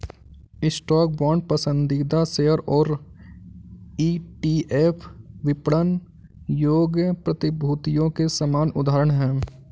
stock, bond, पसंदीदा share और ETF विपणन योग्य प्रतिभूतियों के सामान्य उदाहरण हैं